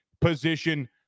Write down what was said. position